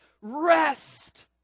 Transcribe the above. rest